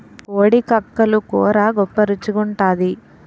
కోడి కక్కలు కూర గొప్ప రుచి గుంటాది